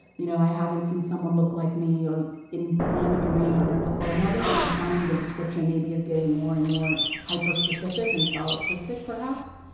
you know, i haven't seen someone look like me or in one arena or and or and another and i'm finding the description maybe is getting more and more hyper-specific and solipsistic perhaps.